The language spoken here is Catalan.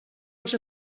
els